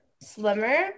slimmer